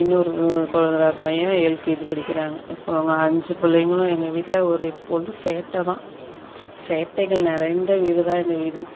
இன்னொரு கொழுந்தனார் பையன் எல்கேஜி படிக்கிறாங்க இப்போ அவங்க அஞ்சு பிள்ளைங்களும் எங்கள் வீட்டில் ஒரு எப்பொழுதும் சேட்டை தான் சேட்டைகள் நிறைந்த வீடு தான் எங்கள் வீடு